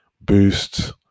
Boost